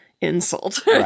insult